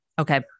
Okay